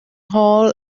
hall